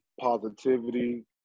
positivity